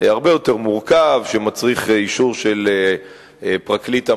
הרבה יותר מורכב, שמצריך אישור של פרקליט המדינה,